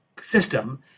system